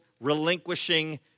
relinquishing